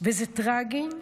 וזה טרגי,